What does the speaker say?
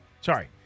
sorry